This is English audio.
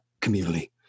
community